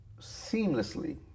seamlessly